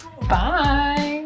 Bye